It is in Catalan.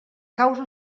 causa